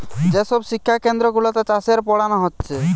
যে সব শিক্ষা কেন্দ্র গুলাতে চাষের পোড়ানা হচ্ছে